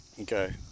Okay